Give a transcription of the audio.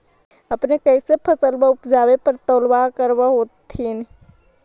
अपने कैसे फसलबा उपजे पर तौलबा करबा होत्थिन?